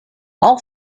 all